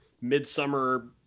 midsummer